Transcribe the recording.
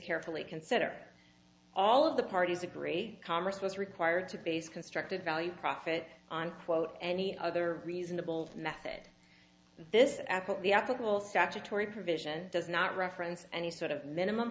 carefully consider all of the parties agree congress was required to base constructed value profit on quote any other reasonable method this at the applicable statutory provision does not reference any sort of minimum